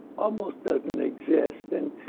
almost doesn't exist. and,